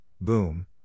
boom